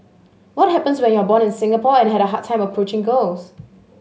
what happens when you are born in Singapore and had a hard time approaching girls